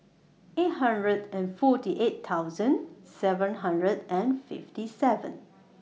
eight hundred and forty eight thousand seven hundred and fifty seven